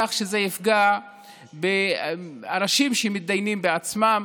כך שזה יפגע באנשים שמתדיינים בעצמם